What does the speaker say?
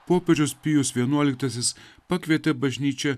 popiežius pijus vienuoliktasis pakvietė bažnyčią